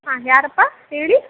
ಹಾಂ ಯಾರಪ್ಪ ಹೇಳಿ